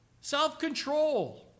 Self-control